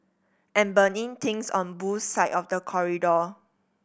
and burning things on Boo's side of the corridor